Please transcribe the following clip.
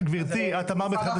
את אמרת בתחילת